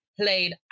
played